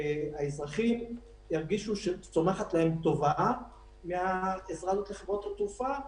שהאזרחים ירגישו שצומחת להם טובה מהעזרה הזאת לחברות התעופה.